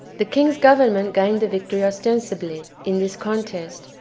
the king's government gained the victory ostensibly, in this contest,